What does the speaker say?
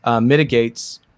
mitigates